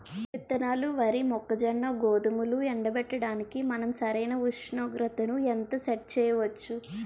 విత్తనాలు వరి, మొక్కజొన్న, గోధుమలు ఎండబెట్టడానికి మనం సరైన ఉష్ణోగ్రతను ఎంత సెట్ చేయవచ్చు?